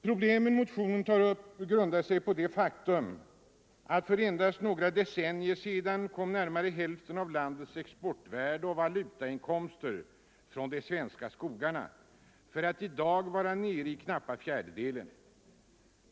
Problemen som motionen tar upp grundar sig på det faktum att för endast några decennier sedan närmare hälften av landets exportvärde och valutainkomster kom från de svenska skogarna för att i dag vara nere i knappa fjärdedelen.